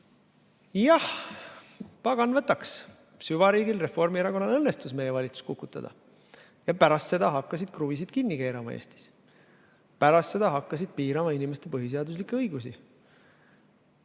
jah, pagan võtaks, süvariigil, Reformierakonnal õnnestus meie valitsus kukutada ja pärast seda hakkasid nad Eestis kruvisid kinni keerama, pärast seda hakkasid piirama inimeste põhiseaduslikke õigusi.